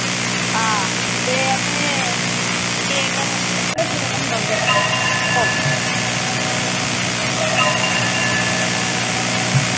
हां ते असें केक केह्ड़े केह्ड़े फ्लेवर न तुं'दे कोल